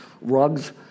rugs